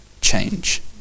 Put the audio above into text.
change